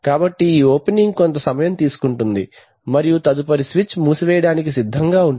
కాబట్టి ఈ ఓపెనింగ్ కొంత సమయం తీసుకుంటుంది మరియు తదుపరి స్విచ్ మూసివేయడానికి సిద్ధంగా ఉంటుంది